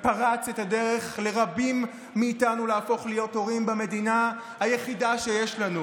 ופרץ את הדרך לרבים מאיתנו להפוך להיות הורים במדינה היחידה שיש לנו,